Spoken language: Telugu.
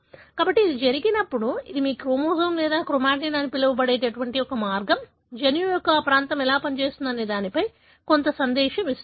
కాబట్టి అది జరిగినప్పుడు ఇది మీ క్రోమోజోమ్ లేదా క్రోమాటిన్ అని పిలవబడే ఒక మార్గం జన్యువు యొక్క ఆ ప్రాంతం ఎలా పని చేస్తుందనే దానిపై కొంత సందేశం వస్తుంది